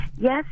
Yes